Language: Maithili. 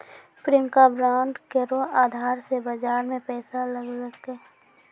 प्रियंका बांड केरो अधार से बाजार मे पैसा लगैलकै